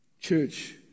Church